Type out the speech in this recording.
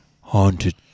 haunted